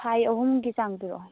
ꯐꯥꯏ ꯑꯍꯨꯝꯒꯤ ꯆꯥꯡ ꯄꯤꯔꯛꯑꯣ